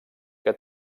que